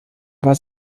war